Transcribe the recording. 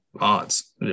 odds